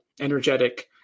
energetic